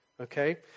Okay